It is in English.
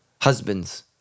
Husbands